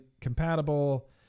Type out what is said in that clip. compatible